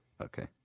okay